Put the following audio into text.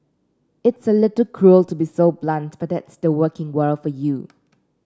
it's a little cruel to be so blunt but that's the working world for you